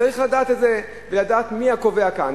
צריך לדעת את זה ולדעת מי הקובע כאן,